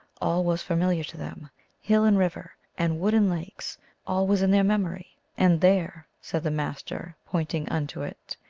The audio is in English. all was familiar to them hill and river, and wood and lakes all was in their memory. and there, said the master, pointing unto it,